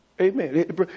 Amen